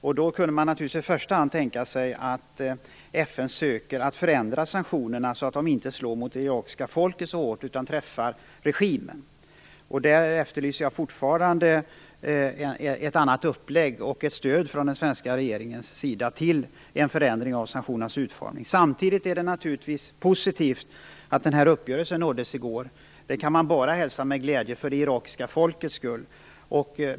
Man kunde i första hand tänka sig att FN försöker att förändra sanktionerna så att de inte slår så hårt mot det irakiska folket, utan träffar regimen. Jag efterlyser fortfarande en annan uppläggning och ett stöd från den svenska regeringen för en förändring av sanktionernas utformning. Samtidigt är det naturligtvis positivt att uppgörelsen nåddes i går. Det kan man bara hälsa med glädje, för det irakiska folkets skull.